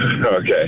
Okay